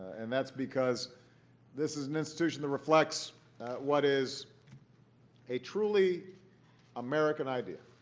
and that's because this is an institution that reflects what is a truly american idea